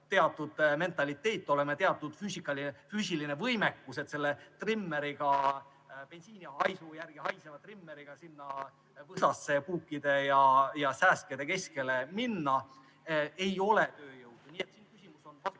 teatud mentaliteet, teatud füüsiline võimekus, et selle trimmeriga, bensiini järele haiseva trimmeriga sinna võsasse puukide ja sääskede keskele minna. Ei ole tööjõudu. Nii et näiteks selles kontekstis